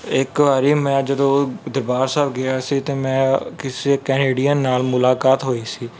ਇੱਕ ਵਾਰੀ ਮੈਂ ਜਦੋਂ ਦਰਬਾਰ ਸਾਹਿਬ ਗਿਆ ਸੀ ਤੇ ਮੈਂ ਕਿਸੇ ਕੈਨੇਡੀਅਨ ਨਾਲ ਮੁਲਾਕਾਤ ਹੋਈ ਸੀ